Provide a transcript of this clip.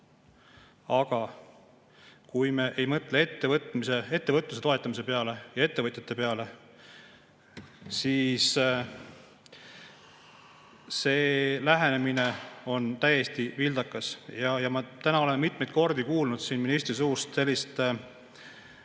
Aga kui me ei mõtle ettevõtluse toetamise peale ja ettevõtjate peale, siis see lähenemine on täiesti vildakas. Ma täna mitmeid kordi kuulsin ministri suust sellist